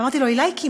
ואמרתי לו: עילאיקי,